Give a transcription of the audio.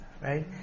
right